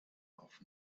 auf